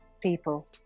people